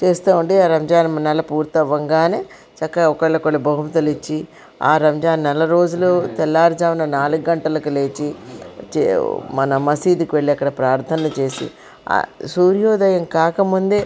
చేస్తూ ఉంటే రంజాన్ నెల పూర్తవ్వంగానే చక్కగా ఒకరికొకరు బహుమతులు ఇచ్చి ఆ రంజాన్ నెల రోజులు తెల్లవారు జామున నాలుగు గంటలకి లేచి మళ్ళీ మసీదుకి వెళ్ళి అక్కడ ప్రార్ధనలు చేసి సూర్యోదయం కాకముందే